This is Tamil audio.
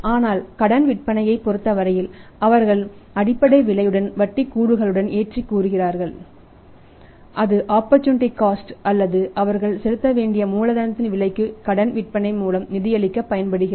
ஆனால் கடன் விற்பனையைப் பொறுத்தவரையில் அவர்கள் அடிப்படை விலையுடன் வட்டி கூறுகளுடன் ஏற்றிக் கொள்கிறார்கள் இது ஆப்பர்சூனிட்டி காஸ்ட் அல்லது அவர்கள் செலுத்த வேண்டிய மூலதனத்தின் விலைக்கு கடன் விற்பனை மூலம் நிதியளிக்கப் பயன்படுகிறது